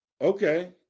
Okay